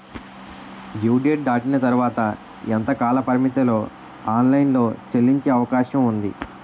Due date దాటిన తర్వాత ఎంత కాలపరిమితిలో ఆన్ లైన్ లో చెల్లించే అవకాశం వుంది?